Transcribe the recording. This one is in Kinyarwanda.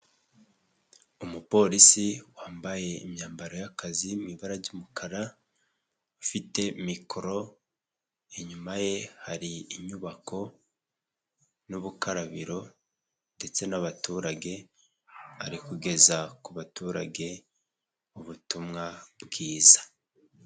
Umupolisi wambaye imyambaro y'akazi mu ibara ry'umukara, afite mikoro, inyuma ye hari inyubako n'ubukarabiro ndetse n'abaturage ari kugeza ku baturage, ubutumwa bwiza.